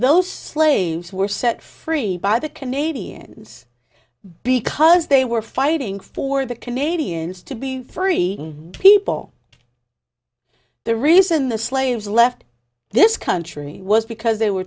those slaves were set free by the canadians because they were fighting for the canadians to be free people the reason the slaves left this country was because they were